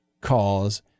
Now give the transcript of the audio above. cause